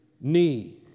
knee